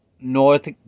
North